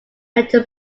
metal